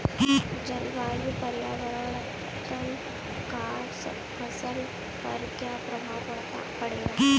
जलवायु परिवर्तन का फसल पर क्या प्रभाव पड़ेगा?